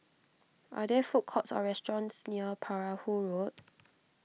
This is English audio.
are there food courts or restaurants near Perahu Road